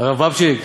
הרב בבצ'יק,